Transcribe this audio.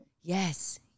Yes